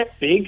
big